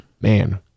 man